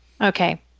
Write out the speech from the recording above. Okay